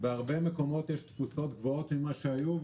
בהרבה מקומות יש תפוסות גבוהות ממה שהיו.